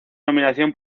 nominación